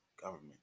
government